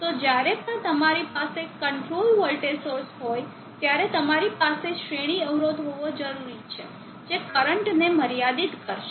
તો જ્યારે પણ તમારી પાસે કંટ્રોલ વોલ્ટેજ સોર્સ હોય ત્યારે તમારી પાસે શ્રેણી અવરોધ હોવો જરૂરી છે જે કરંટને મર્યાદિત કરશે